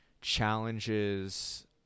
challenges